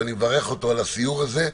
ואני מברך אותו על הסיור הזה.